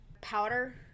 powder